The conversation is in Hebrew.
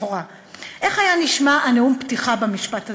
איך היה נשמע נאום הפתיחה במשפט הזה?